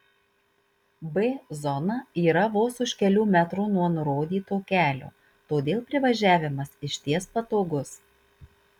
b zona yra vos už kelių metrų nuo nurodyto kelio todėl privažiavimas išties patogus